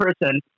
person